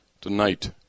Tonight